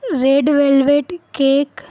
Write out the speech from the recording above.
red velvet cake